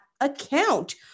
account